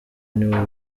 nibo